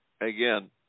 again